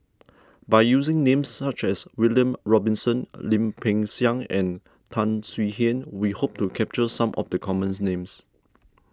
by using names such as William Robinson Lim Peng Siang and Tan Swie Hian we hope to capture some of the commons names